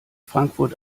frankfurt